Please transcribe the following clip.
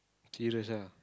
serious ah